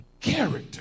character